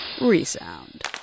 ReSound